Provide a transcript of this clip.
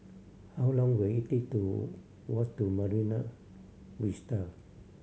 how long will it take to walk to Marine Vista